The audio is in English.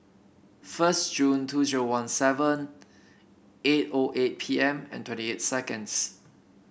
first June two zero one seven eight O eight P M and twenty eight seconds